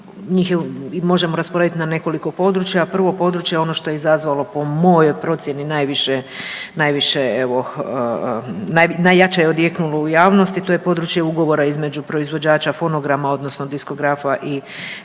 Njih možemo rasporediti na nekoliko područja. Prvo područje ono što je izazvalo po mojoj procjeni najviše, evo najjače je odjeknulo u javnosti to je područje ugovora između proizvođača fonograma odnosno diskografa i glazbenih